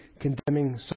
condemning